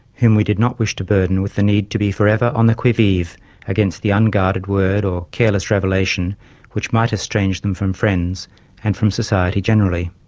whom we did not wish to burden with the need to be forever on the qui vive against the unguarded word or careless revelation which might estrange them from friends and from society generally.